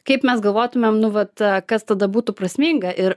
kaip mes galvotumėm nu vat kas tada būtų prasminga ir